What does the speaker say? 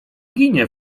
ginie